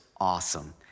awesome